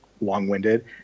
long-winded